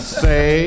say